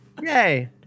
Yay